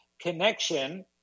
connection